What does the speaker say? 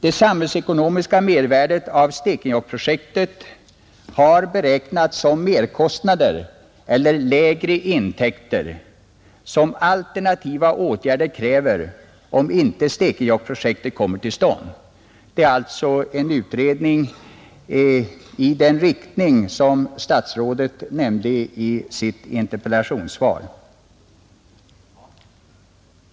Det samhällsekonomiska mervärdet av Stekenjokkprojektet har beräknats som merkostnader, eller lägre intäkter, som alternativa åtgärder kräver om inte Stekenjokkprojektet kommer till stånd. Det är alltså en utredning i den riktning som statsrådet nämnde i sitt interpellationssvar.